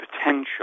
potential